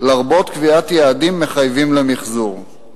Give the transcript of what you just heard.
לרבות קביעת יעדים מחייבים למיחזור.